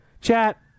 Chat